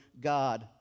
God